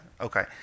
Okay